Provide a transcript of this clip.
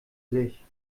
sich